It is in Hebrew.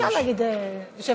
אפשר להגיד יושבת-ראש.